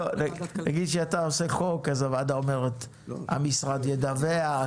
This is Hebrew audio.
נגיד כשאתה עושה חוק אז הוועדה אומרת: המשרד ידווח,